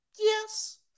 Yes